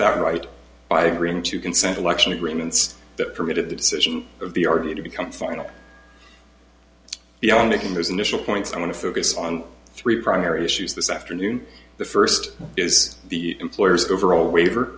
that right by agreeing to consent election agreements that permitted the decision of the r v to become final the only thing those initial points i want to focus on three primary issues this afternoon the first is the employers overall waiver